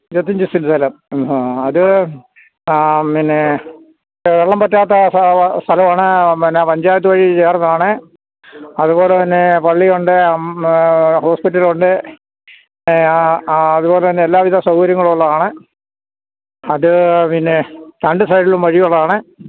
ഇരുപത്തിയഞ്ച് സെന്റ് സ്ഥലം അത് പിന്നെ വെള്ളം വറ്റാത്ത സ്ഥലമാണ് പിന്നെ പഞ്ചായത്ത് വഴി ചേർന്നതാണ് അതുപോലെ തന്നെ പള്ളിയുണ്ട് ഹോസ്പിറ്റലുണ്ട് അതുപോലെ തന്നെ എല്ലാവിധ സൗകര്യങ്ങളുമുള്ളതാണ് അത് പിന്നെ രണ്ട് സൈഡിലും വഴിയുള്ളതാണ്